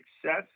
success